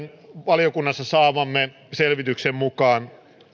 valiokunnassa saamamme selvityksen mukaan